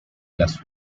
las